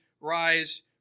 rise